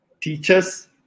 Teachers